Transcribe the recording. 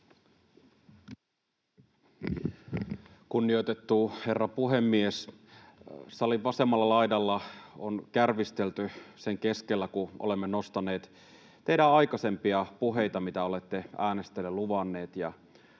Kunnioitettu herra puhemies! Salin vasemmalla laidalla on kärvistelty sen keskellä, kun olemme nostaneet teidän aikaisempia puheitanne, mitä olette äänestäjille luvanneet,